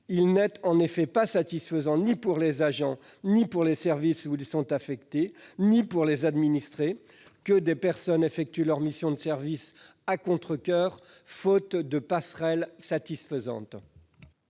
Il n'est en effet pas satisfaisant ni pour les agents, ni pour les services où ils sont affectés, ni pour les administrés que des personnes effectuent leurs missions de service à contrecoeur, faute de passerelles acceptables.